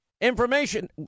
information